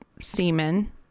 semen